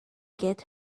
get